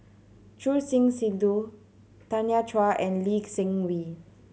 Choor Singh Sidhu Tanya Chua and Lee Seng Wee